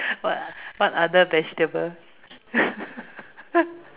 what other vegetables